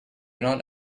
not